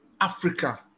Africa